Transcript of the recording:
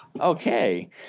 Okay